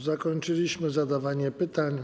Zakończyliśmy zadawanie pytań.